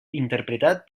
interpretat